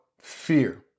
fear